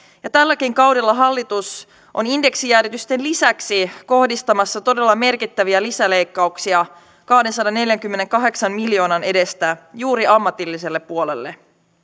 ja tälläkin kaudella hallitus on indeksijäädytysten lisäksi kohdistamassa todella merkittäviä lisäleikkauksia kahdensadanneljänkymmenenkahdeksan miljoonan edestä juuri ammatilliselle puolelle